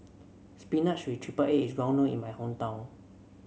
spinach with triple egg is well known in my hometown